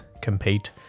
compete